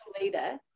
leader